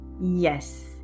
Yes